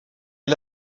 est